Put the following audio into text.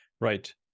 Right